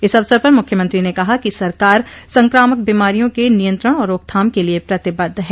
इस अवसर पर मुख्यमंत्री ने कहा कि सरकार संक्रामक बीमारियों के नियंत्रण और रोकथाम के लिये प्रतिबद्ध है